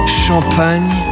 champagne